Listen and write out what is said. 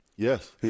Yes